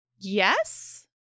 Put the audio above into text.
yes